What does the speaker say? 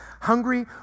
hungry